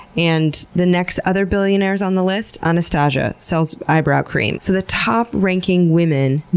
and the next other billionaires on the list, anastasia, sells eyebrow cream. so the top-ranking women,